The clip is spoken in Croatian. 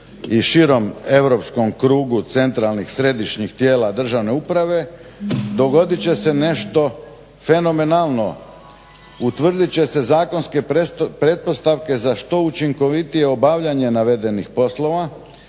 i širem europskom krugu centralnih središnjih tijela državne uprave dogodit će se nešto fenomenalno, utvrdit će se zakonske pretpostavke za što učinkovitije obavljanje navedenih poslova.